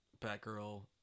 Batgirl